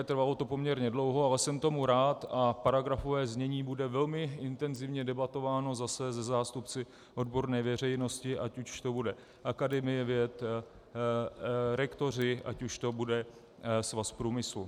Trvalo to poměrně dlouho, ale jsem tomu rád a paragrafové znění bude velmi intenzivně debatováno se zástupci odborné veřejnosti, ať už to bude Akademie věd, rektoři, ať už to bude Svaz průmyslu.